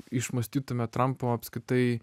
išmąstytume trampo apskritai